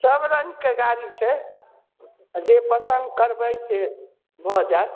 सब रङ्गके गाड़ी छै जे पसन्द करबै से भऽ जाएत